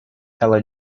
ela